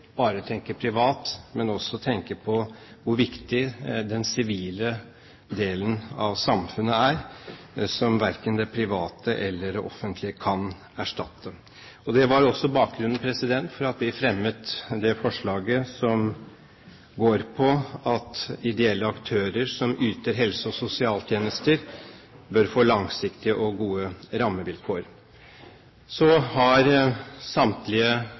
bare å tenke privat, men også tenke på hvor viktig den sivile delen av samfunnet er, som verken det private eller det offentlige kan erstatte. Det var bakgrunnen for at vi fremmet det forslaget som går på at ideelle aktører som yter helse- og sosialtjenester, bør få langsiktige og gode rammevilkår. Så har samtlige